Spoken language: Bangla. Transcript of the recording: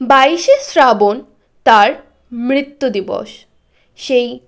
বাইশে শ্রাবণ তার মৃত্যু দিবস সেই